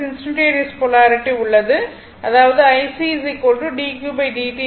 instantaneous polarity உள்ளது அதாவது IC dq dt